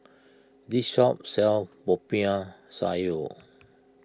this shop sells Popiah Sayur